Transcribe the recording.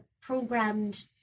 programmed